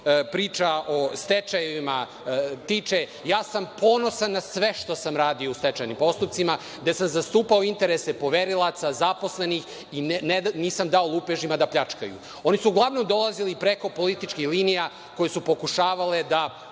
priča o stečajevima tiče, ponosan sam na sve što sam radio u stečajnim postupcima, gde sam zastupao interese poverilaca, zaposlenih, i nisam dao lupežima da pljačkaju. Oni su uglavnom dolazili preko političkih linija koje su pokušavale da